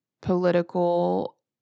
political